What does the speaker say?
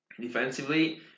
defensively